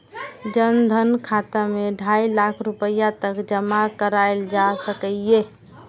जन धन खाता मे ढाइ लाख रुपैया तक जमा कराएल जा सकैए